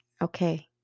okay